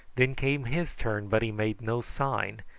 then came his turn, but he made no sign,